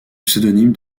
pseudonyme